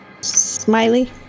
smiley